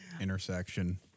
intersection